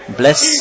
bless